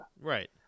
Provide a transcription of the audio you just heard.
Right